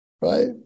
right